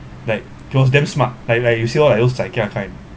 like he was damn smart like like you see all like those chai kia kind